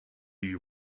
you